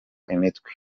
imitwe